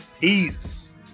peace